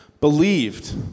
believed